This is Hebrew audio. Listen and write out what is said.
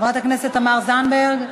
חברת הכנסת תמר זנדברג,